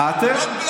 אתם,